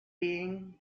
being